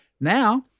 Now